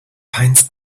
finds